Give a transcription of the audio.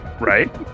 right